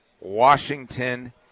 Washington